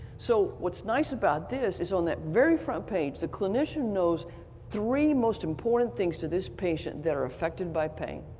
so what's nice about this is on that very front page, the clinician knows three most important things to this patient that are affected by pain.